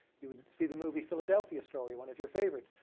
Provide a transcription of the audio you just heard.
you would see the movie philadelphia story, one of your favorites.